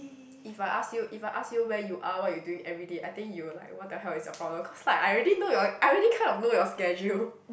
if I ask you if I ask you where you are what you doing everyday I think you will like what the hell is your problem cause like I already know your I already kind of know your schedule